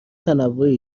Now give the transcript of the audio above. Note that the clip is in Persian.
تنوعی